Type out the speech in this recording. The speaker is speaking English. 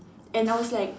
and I was like